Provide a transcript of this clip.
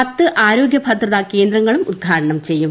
പത്ത് ആരോഗ്യ ഭദ്രത കേന്ദ്രങ്ങളും ഉദ്ഘാടനം ചെയ്യും